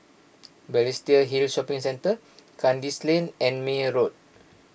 Balestier Hill Shopping Centre Kandis Lane and Meyer Road